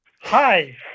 Hi